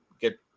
get